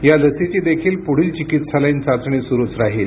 या लसीची देखील पुढील चिकित्सालयीन चाचणी सुरूच राहील